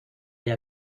haya